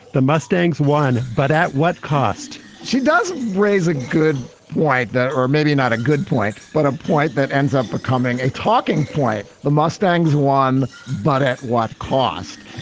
the mustangs won. but at what cost? she does raise a good point. that or maybe not a good point, but a point that ends up becoming a talking point. the mustangs won, but at what cost?